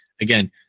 again